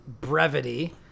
brevity